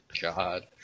God